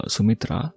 Sumitra